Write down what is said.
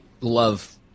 love